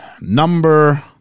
number